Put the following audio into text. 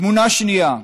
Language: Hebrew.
תמונה שנייה,